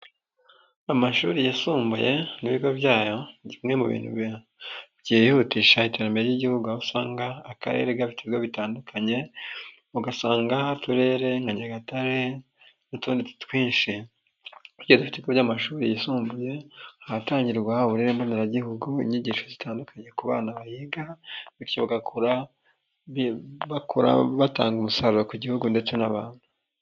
Amashuri yisumbuye n'ibigo byayo, ni kimwe mu bintu byihutisha iterambere ry'igihugu aho usanga akarere k'ibigo bitandukanye, ugasanga uturere nka Nyagatare n'utundi twinshi kugeza ku bigo by'amashuri yisumbuye ahatangirwa uburere mboneragihugu, inyigisho zitandukanye ku bana bayiga bityo bagakura bakora, batanga umusaruro ku gihugu ndetse n'abantu.